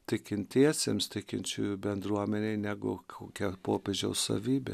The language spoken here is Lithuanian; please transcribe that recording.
tikintiesiems tikinčiųjų bendruomenei negu kokia popiežiaus savybė